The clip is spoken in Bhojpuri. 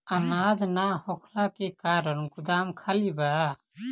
अनाज ना होखला के कारण गोदाम खाली बा